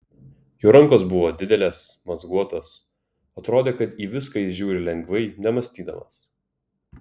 jo rankos buvo didelės mazguotos atrodė kad į viską jis žiūri lengvai nemąstydamas